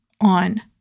on